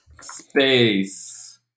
space